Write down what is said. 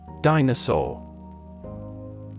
Dinosaur